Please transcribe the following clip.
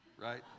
right